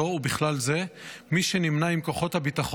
ובכלל זה מי שנמנה עם כוחות הביטחון,